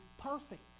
perfect